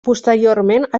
posteriorment